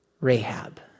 Rahab